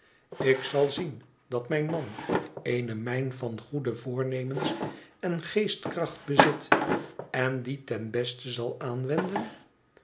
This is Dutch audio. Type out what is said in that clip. ik zal zien dat mijn man eene mijn van eoede voornemens en geestkracht bezit en die ten beste zal aanwenden